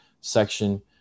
section